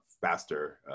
faster